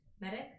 Medic